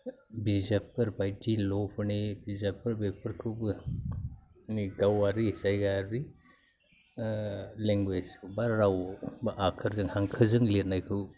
बिजाबफोर बायदि ल' फोरनि बिजाबफोर बेफोरखौबो गावारि जायगायारि लेंगुवेजआव बा रावआव बा आखरजों हांखोजों लिरनायखौ